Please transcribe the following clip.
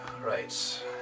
Right